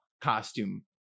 costume